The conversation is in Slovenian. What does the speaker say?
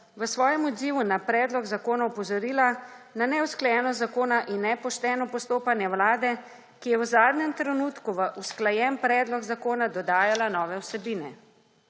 v svojem odzivu na predlog zakona opozorila na neusklajenost zakona in nepošteno postopanje Vlade, ki je v zadnjem trenutku v usklajen predlog zakona dodajala nove vsebine.